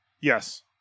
Yes